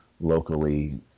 locally